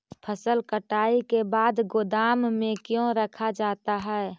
फसल कटाई के बाद गोदाम में क्यों रखा जाता है?